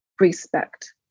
respect